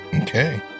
Okay